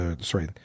Sorry